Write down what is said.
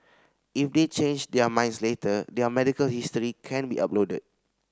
if they change their minds later their medical history can be uploaded